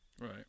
Right